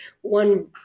one